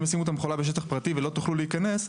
אם ישימו את המכולה בשטח פרטי ולא תוכלו להיכנס,